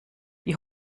wie